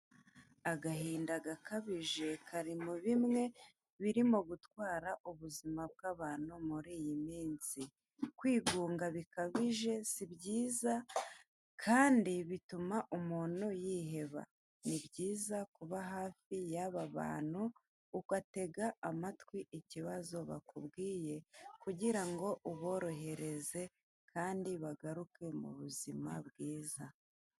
Agahinda gakabije kari muri bimwe birimo gutwara ubuzima bw'abantu muri iyi minsi, kwigunga bikabije si byiza, kandi bituma umuntu yiheba, ni byiza kuba hafi y'aba bantu ugatega amatwi ikibazo bakubwiye, kugirango ngo uborohereze, kandi bagaruke mu buzima bwiza.